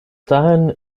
dahin